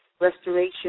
restoration